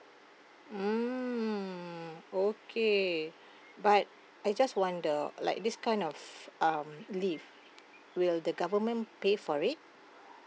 mm okay but I just wonder like this kind of um leave will the government pay for it